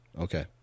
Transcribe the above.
Okay